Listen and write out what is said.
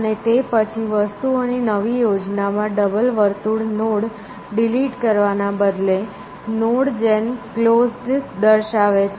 અને તે પછી વસ્તુઓની નવી યોજનામાં ડબલ વર્તુળ નોડ ડિલીટ કરવાના બદલે નોડ જેન ક્લોઝડ દર્શાવે છે